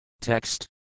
Text